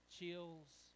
chills